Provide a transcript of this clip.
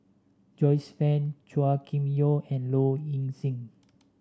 Joyce Fan Chua Kim Yeow and Low Ing Sing